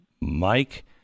Mike